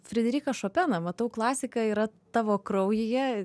frederiką šopeną matau klasika yra tavo kraujyje